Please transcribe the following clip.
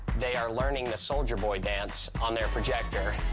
they are learning the soulja boy dance on their projector.